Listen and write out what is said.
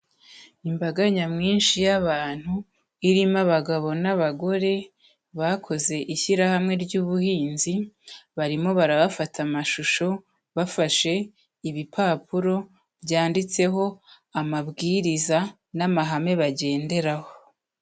Imbaga nyamwinshi y'abantu, irimo abagabo n'abagore, bakoze ishyirahamwe ry'ubuhinzi, barimo barabafata amashusho bafashe ibipapuro, byanditseho amabwiriza n'amahame bagenderaho.